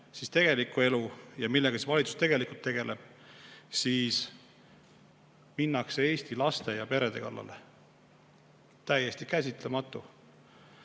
tegelikku elu ja seda, millega valitsus tegelikult tegeleb, siis minnakse Eesti laste ja perede kallale. Täiesti käsitamatu! Ja